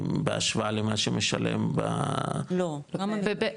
בהשוואה למה שמשלם ב- -- לא, למה פי ארבע?